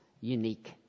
unique